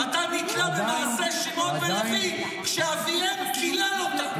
אתה נתלה במעשה שמעון ולוי כשאביהם קילל אותם,